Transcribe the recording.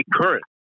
current